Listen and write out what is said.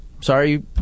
Sorry